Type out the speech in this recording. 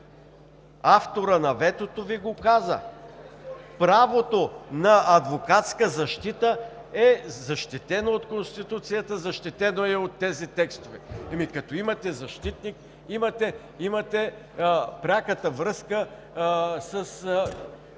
авторът на ветото Ви го каза. Правото на адвокатска защита е защитено от Конституцията, защитено е и от тези текстове. Като имате защитник, имате пряката връзка със